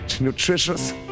nutritious